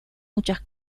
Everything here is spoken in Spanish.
muchas